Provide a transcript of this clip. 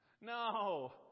No